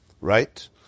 Right